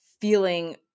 feeling